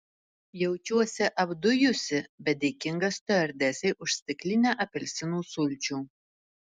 jaučiuosi apdujusi bet dėkinga stiuardesei už stiklinę apelsinų sulčių